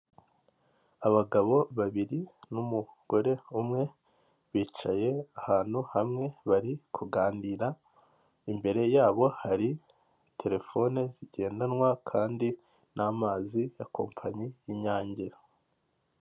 Abagabo babiri n'umugore umwe bicaye ahantu hamwe bari kuganira, imbere yabo hari terefone zigendanwa kandi n'amazi ya kompanyi y'inyange.